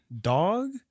Dog